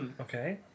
Okay